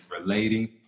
relating